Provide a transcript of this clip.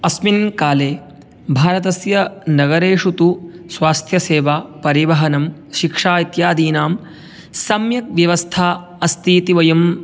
अस्मिन् काले भारतस्य नगरेषु तु स्वास्थ्यसेवा परिवहनं शिक्षा इत्यादीनां सम्यक् व्यवस्था अस्ति इति वयं